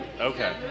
Okay